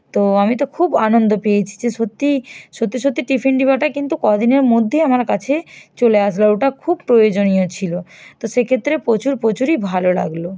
তো আমি তো খুব আনন্দ পেয়েছি যে সত্যিই সত্যি সত্যি টিফিন ডিবাটা কিন্তু কদিনের মধ্যেই আমার কাছে চলে আসলো আর ওটা খুব প্রয়োজনীয় ছিলো তো সেক্ষেত্রে প্রচুর প্রচুরই ভালো লাগলো